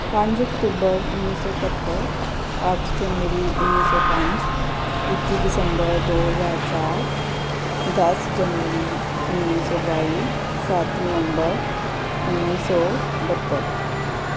ਪੰਜ ਅਕਤੂਬਰ ਉੱਨੀ ਸੌ ਇਕਹੱਤਰ ਅੱਠ ਜਨਵਰੀ ਉੱਨੀ ਸੌ ਪੰਜ ਇੱਕੀ ਦਸੰਬਰ ਦੋ ਹਜ਼ਾਰ ਚਾਰ ਦਸ ਜਨਵਰੀ ਉੱਨੀ ਸੌ ਬਾਈ ਸੱਤ ਨਵੰਬਰ ਉੱਨੀ ਸੌ ਬਹੱਤਰ